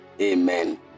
amen